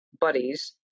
buddies